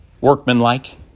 workmanlike